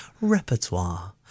Repertoire